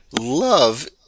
love